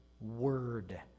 word